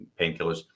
painkillers